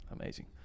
amazing